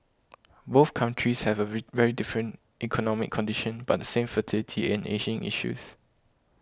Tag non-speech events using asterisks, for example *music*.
both countries have a *unintelligible* very different economic conditions but the same fertility and ageing issues